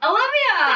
Olivia